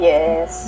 Yes